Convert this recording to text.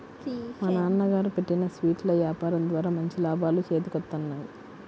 మా నాన్నగారు పెట్టిన స్వీట్ల యాపారం ద్వారా మంచి లాభాలు చేతికొత్తన్నాయి